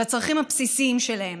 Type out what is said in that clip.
לצרכים הבסיסיים שלהם.